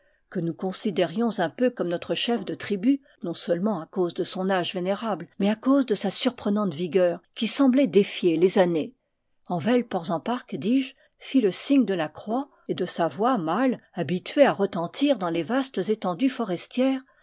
que nous considérions un peu comme notre chef de tribu non seulement à cause de son âge vénérable mais à cause de sa surprenante vigueur qui semblait défier les années envel porzamparc dis-je fit le signe de la croix et de sa voix mâle habituée à retentir dans les vastes étendues